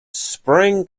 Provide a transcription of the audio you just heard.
sprang